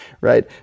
right